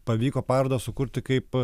pavyko parodą sukurti kaip